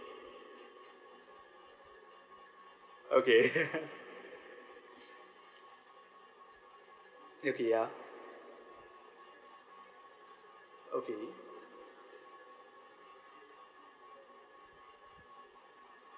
okay okay ya okay